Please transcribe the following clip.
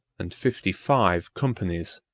and fifty-five companies,